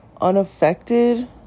unaffected